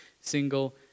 single